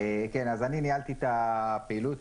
אני ניהלתי את הפעילות,